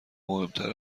مهمتر